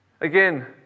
Again